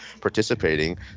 participating